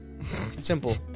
Simple